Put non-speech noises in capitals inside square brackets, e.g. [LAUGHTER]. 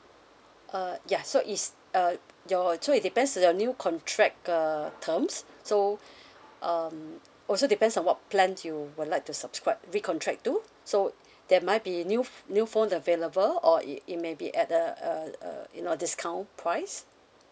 uh ya so is uh your so it depends to the new contract uh terms so [BREATH] um also depends on what plan you would like to subscribe recontract to so there might be new ph~ new phone available or it it may be at a uh uh you know discount price